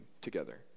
together